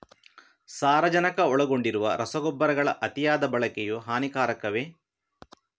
ಸಾರಜನಕ ಒಳಗೊಂಡಿರುವ ರಸಗೊಬ್ಬರಗಳ ಅತಿಯಾದ ಬಳಕೆಯು ಹಾನಿಕಾರಕವೇ?